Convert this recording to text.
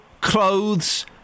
clothes